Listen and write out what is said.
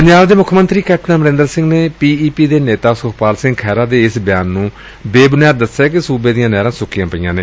ਪੰਜਾਬ ਦੇ ਮੁੱਖ ਮੰਤਰੀ ਕੈਪਟਨ ਅਮਰੰਦਰ ਸਿੰਘ ਨੇ ਪੀ ਈ ਪੀ ਦੇ ਨੇਤਾ ਸੁਖਪਾਲ ਸਿੰਘ ਖਹਿਰਾ ਦੇ ਇਸ ਬਿਆਨ ਨੂੰ ਬੇਬੁਨਿਆਦ ਦਸਿਆ ਕਿ ਸੂਬੇ ਦੀਆਂ ਨਹਿਰਾਂ ਸੁੱਕੀਆਂ ਪਈਆਂ ਨੇ